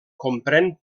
comprèn